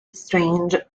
strange